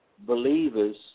Believers